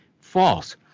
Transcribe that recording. false